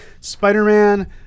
Spider-Man